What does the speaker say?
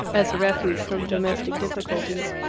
as a refuge from domestic difficulties,